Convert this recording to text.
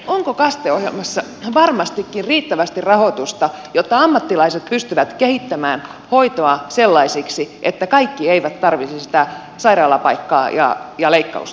onko kaste ohjelmassa varmastikin riittävästi rahoitusta jotta ammattilaiset pystyvät kehittämään hoitoa sellaiseksi että kaikki eivät tarvitsisi sitä sairaalapaikkaa ja leikkausta